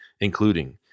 including